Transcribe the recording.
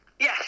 Yes